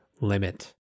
limit